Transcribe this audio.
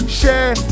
share